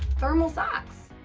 thermal socks.